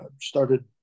started